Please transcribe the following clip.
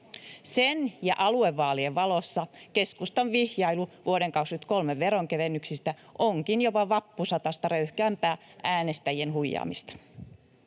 Sen ja aluevaalien valossa keskustan vihjailu vuoden 23 veronkevennyksistä onkin jopa vappusatasta röyhkeämpää äänestäjien huijaamista.